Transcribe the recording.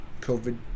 COVID